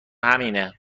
همینه